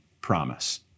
promise